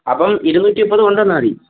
അപ്പം ഇരുന്നൂറ്റി മുപ്പത് കൊണ്ട് വന്നാൽ മതി